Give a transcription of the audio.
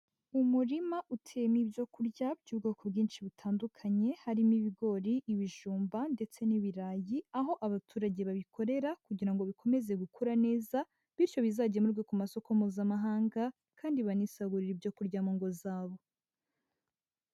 Umurima uteyemo ibyo kurya by'ubwoko bwinshi butandukanye, harimo ibigori, ibijumba ndetse n'ibirayi, aho abaturage babikorera kugira ngo bikomeze gukura neza bityo bizagemurwe ku masoko Mpuzamahanga kandi banisagurire ibyo kurya mu ngo zabo.